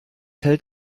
hält